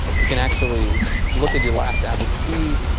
you can actually look at your last average speed,